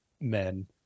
men